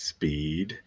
Speed